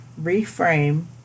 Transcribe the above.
reframe